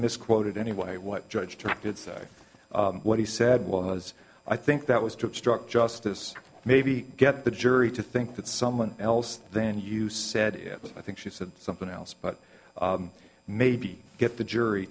misquoted anyway what judge drafted said what he said was i think that was to obstruct justice maybe get the jury to think that someone else then you said if i think she said something else but maybe get the jury